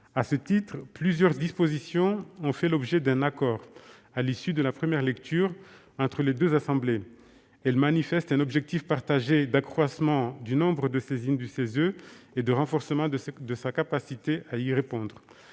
À ce titre, plusieurs dispositions ont fait l'objet d'un accord à l'issue de la première lecture entre les deux assemblées. Elles manifestent un objectif partagé d'accroissement du nombre de saisines du CESE et de renforcement de sa capacité à y répondre.